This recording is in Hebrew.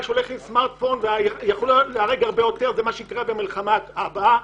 שהולך עם סמרטפון ויכלו להיהרג הרבה יותר זה מה שיקרה במלחמה הבאה.